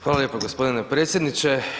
Hvala lijepo gospodine predsjedniče.